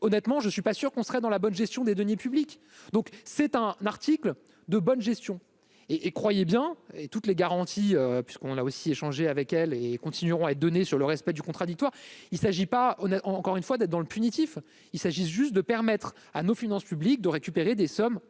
honnêtement, je ne suis pas sûr qu'on serait dans la bonne gestion des deniers publics, donc c'est un article de bonne gestion et et, croyez bien et toutes les garanties, puisqu'on l'a aussi échangé avec elle et continueront à donner sur le respect du contradictoire, il s'agit pas, on a encore une fois dans le punitifs, il s'agit juste de permettre à nos finances publiques, de récupérer des sommes